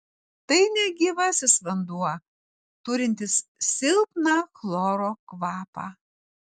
tai negyvasis vanduo turintis silpną chloro kvapą